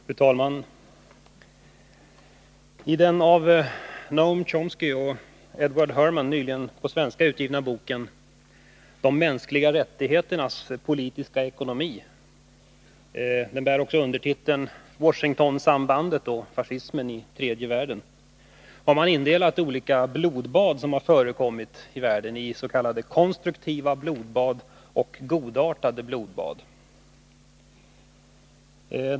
Fru talman! I den av Noam Chomsky & Edward S. Herman nyligen på svenska utgivna boken ”De mänskliga rättigheternas politiska ekonomi” med undertiteln ”Washingtonsambandet och fascismen i tredje världen” har Nr 53 man indelat olika blodbad som förekommit i världen i s.k. konstruktiva blodbad och godartade blodbad.